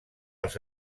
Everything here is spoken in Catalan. els